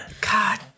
God